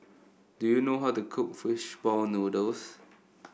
do you know how to cook fish ball noodles